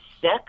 sick